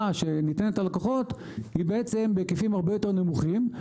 שניתנת ללקוחות היא בעצם בהיקפים הרבה יותר נמוכים,